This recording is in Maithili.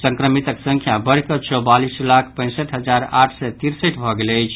संक्रमितक संख्या बढ़िकऽ चौवालीस लाख पैंसठि हजार आठ सय तिरसठि भऽ गेल अछि